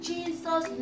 Jesus